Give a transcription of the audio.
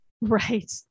Right